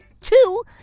Two